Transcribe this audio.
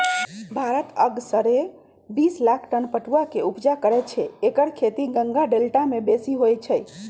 भारत असगरे बिस लाख टन पटुआ के ऊपजा करै छै एकर खेती गंगा डेल्टा में बेशी होइ छइ